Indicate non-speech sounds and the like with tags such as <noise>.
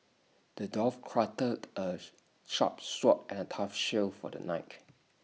the dwarf crafted A <noise> sharp sword and A tough shield for the knight